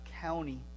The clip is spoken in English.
county